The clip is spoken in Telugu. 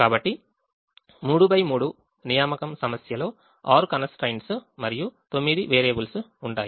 కాబట్టి 3 x 3 నియామకం సమస్యలో ఆరు కన్స్ ట్రైన్ట్స్ మరియు తొమ్మిది variables ఉంటాయి